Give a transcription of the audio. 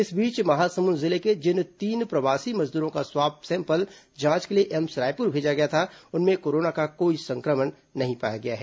इस बीच महासमुंद जिले के जिन तीन प्रवासी मजदूरों का स्वाब सैंपल जांच के लिए एम्स रायपुर भेजा गया था उनमें कोरोना का संक्रमण नहीं पाया गया है